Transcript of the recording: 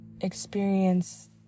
experience